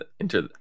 Enter